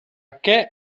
què